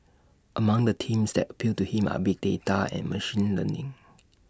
among the themes that appeal to him are big data and machine learning